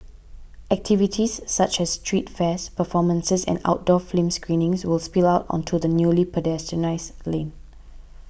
activities such as street fairs performances and outdoor screenings will spill out onto the newly pedestrianised lane